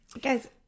guys